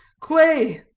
clay,